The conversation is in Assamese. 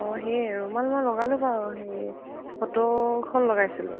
অঁ সেই ৰুমাল মই লগালোঁ বাৰু হেৰি ফটোখন লগাইছিলোঁ